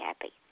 happy